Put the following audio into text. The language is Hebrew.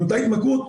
מאותה התמכרות,